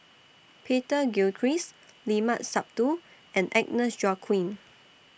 Peter Gilchrist Limat Sabtu and Agnes Joaquim